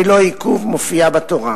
בלא עיכוב, מופיעה בתורה,